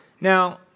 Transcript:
Now